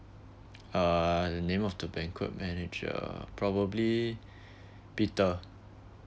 uh the name of the banquet manager probably peter